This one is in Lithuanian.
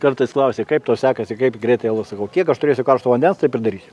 kartais klausia kaip tau sekasi kaip greitai alus sakau kiek aš turėsiu karšto vandens taip ir darysiu